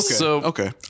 Okay